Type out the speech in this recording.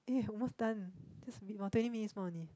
eh we're almost done just a bit more twenty minutes more only